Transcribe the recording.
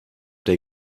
der